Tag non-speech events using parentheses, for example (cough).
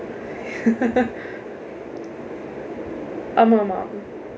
(laughs) ஆமாம் ஆமாம்:aamaam aamaam